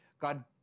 God